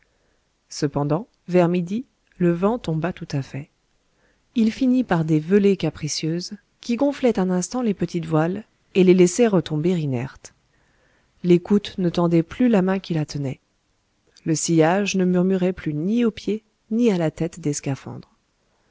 cependant vers midi le vent tomba tout à fait il finit par des velées capricieuses qui gonflaient un instant les petites voiles et les laissaient retomber inertes l'écoute ne tendait plus la main qui la tenait le sillage ne murmurait plus ni aux pieds ni à la tête des scaphandres